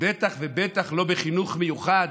ובטח ובטח לא בחינוך מיוחד,